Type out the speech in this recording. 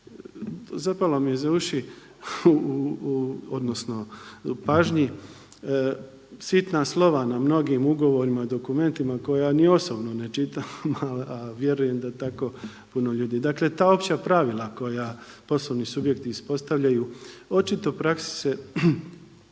Zapalo mi je za uši, odnosno pažnji sitna slova na mnogim ugovorima, dokumentima koja ni osobno ne čitam, a vjerujem da tako puno ljudi. Dakle ta opća pravila koja poslovni subjekti ispostavljaju očito u praksi se